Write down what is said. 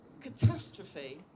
catastrophe